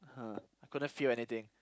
!huh! I couldn't feel anything